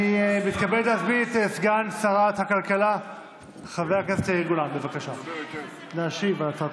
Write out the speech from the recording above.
אני מתכבד להזמין את סגן שרת הכלכלה חבר הכנסת יאיר גולן להשיב על הצעת